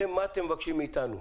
מה אתם מבקשים מאיתנו?